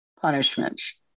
Punishments